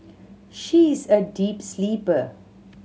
she is a deep sleeper